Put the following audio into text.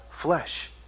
flesh